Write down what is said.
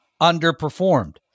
underperformed